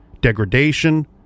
degradation